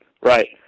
Right